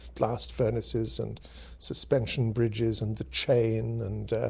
blast furnaces and suspension bridges and the chain, and.